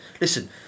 Listen